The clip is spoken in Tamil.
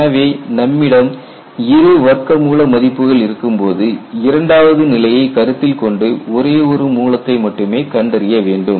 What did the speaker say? எனவே நம்மிடம் இரு வர்க்கமூல மதிப்புகள் இருக்கும்போது இரண்டாவது நிலையை கருத்தில் கொண்டு ஒரே ஒரு மூலத்தை மட்டுமே கண்டறிய வேண்டும்